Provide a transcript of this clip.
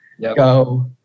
go